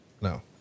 No